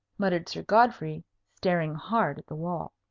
muttered sir godfrey, staring hard at the wall.